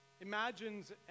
imagines